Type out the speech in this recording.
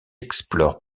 explore